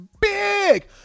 big